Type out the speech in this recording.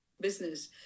business